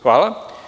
Hvala.